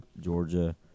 Georgia